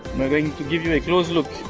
are going to give you a close look.